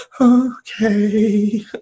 okay